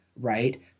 right